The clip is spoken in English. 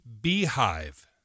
beehive